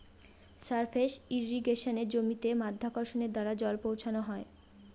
surface ইর্রিগেশনে জমিতে মাধ্যাকর্ষণের দ্বারা জল পৌঁছানো হয়